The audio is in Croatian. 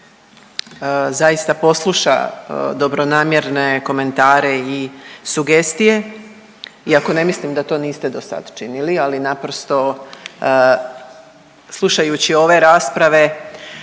zaista posluša dobronamjerne komentare i sugestije. Iako ne mislim da to niste do sada činili. Ali naprosto slušajući ove rasprave